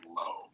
low